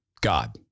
God